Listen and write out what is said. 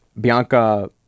Bianca